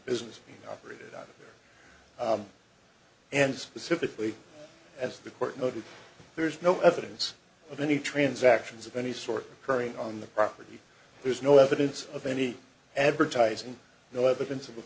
business operated on and specifically as the court noted there's no evidence of any transactions of any sort preying on the property there's no evidence of any advertising no evidence of a